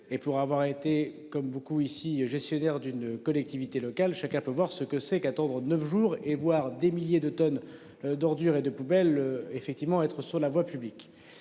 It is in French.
et pour avoir été comme beaucoup ici gestionnaire d'une collectivité locale, chacun peut voir ce que c'est qu'attendre neuf jours et voir des milliers de tonnes d'ordures et de poubelles effectivement être sur la voie publique.